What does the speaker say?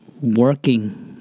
working